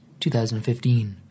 2015